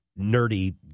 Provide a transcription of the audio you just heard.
nerdy